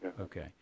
Okay